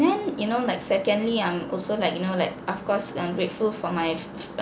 then you know like secondly I'm also like you know like of course I'm grateful for my